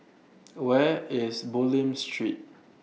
Where IS Bulim Street